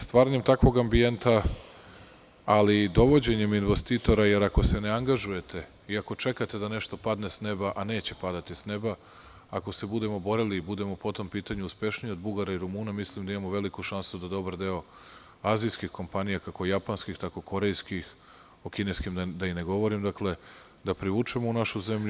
Stvaranjem takvog ambijenta, ali i dovođenjem investitora, jer ako se ne angažujete i ako čekate da nešto padne s neba, a neće padati s neba, ako se budemo borili i budemo po tom pitanju uspešniji od Bugara i Rumuna, mislim da imamo veliku šansu da dobar deo azijskih kompanija, kako japanskih, tako i korejskih, o kineskim da i ne govorim, da privučemo u našu zemlju.